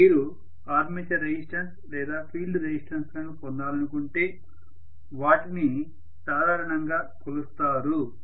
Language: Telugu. మీరు ఆర్మేచర్ రెసిస్టెన్స్ లేదా ఫీల్డ్ రెసిస్టెన్స్ లను పొందాలనుకుంటే వాటిని సాధారణంగా కొలుస్తారు